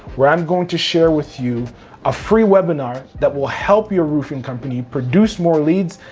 where i'm going to share with you a free webinar that will help your roofing company produce more leads,